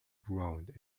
ground